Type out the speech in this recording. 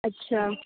اچھا